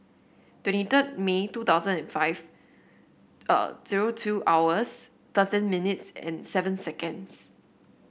twenty third May two thousand and five zero two hours thirteen minutes and seven seconds